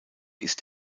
ist